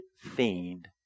fiend